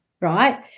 right